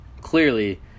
clearly